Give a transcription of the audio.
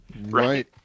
right